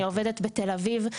אני עובדת בתל אביב.